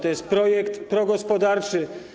To jest projekt progospodarczy.